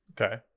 Okay